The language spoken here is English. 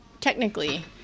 technically